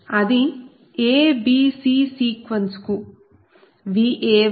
అది abc sequence కు Va1 Vb1 Vc1